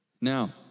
Now